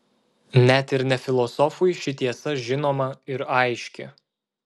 net ir ne filosofui ši tiesa žinoma ir aiški